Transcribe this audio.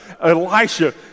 Elisha